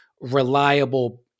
reliable